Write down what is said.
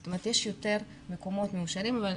זאת אומרת יש יותר מקומות מאושרים, אבל